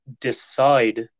decide